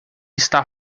está